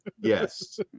Yes